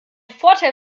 vorteil